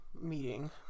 meeting